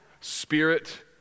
spirit